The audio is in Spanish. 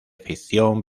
ficción